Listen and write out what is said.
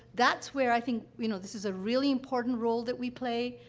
that's where, i think, you know, this is a really important role that we play.